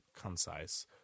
concise